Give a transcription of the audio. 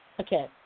Okay